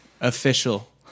Official